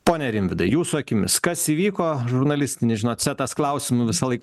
pone rimvydai jūsų akimis kas įvyko žurnalistinis žinot setas klausimų visąlaik